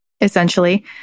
essentially